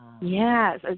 Yes